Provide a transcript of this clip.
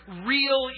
Real